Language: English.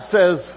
says